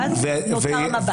ואז נוצר מב"ד.